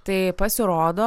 tai pasirodo